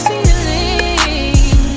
Feeling